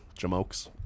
Jamokes